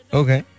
okay